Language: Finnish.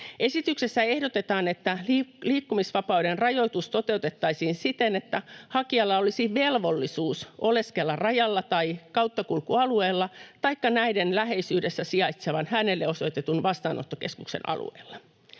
Esityksessä ehdotetaan, että liikkumisvapauden rajoitus toteutettaisiin siten, että hakijalla olisi velvollisuus oleskella rajalla tai kauttakulkualueella taikka näiden läheisyydessä sijaitsevan, hänelle osoitetun vastaanottokeskuksen alueella.